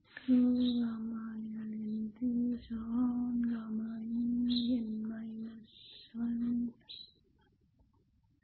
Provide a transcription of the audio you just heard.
n विभाग पुष्कळश्या घड्यांनी युक्त झाल्यावर काय होते ते पाहू या